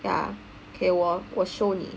ya okay 我我 show 你